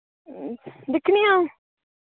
दिक्खनी आं अ'ऊं